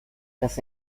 das